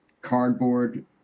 cardboard